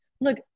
look